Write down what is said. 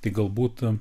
tai galbūt